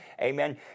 amen